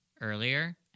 earlier